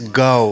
go